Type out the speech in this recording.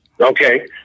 okay